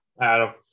Adam